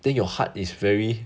then your heart is very